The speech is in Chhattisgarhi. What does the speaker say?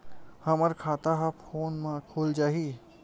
हमर खाता ह फोन मा खुल जाही?